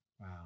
Wow